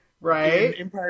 Right